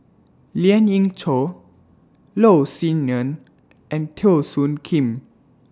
Lien Ying Chow Loh Sin Yun and Teo Soon Kim